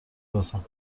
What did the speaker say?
بزن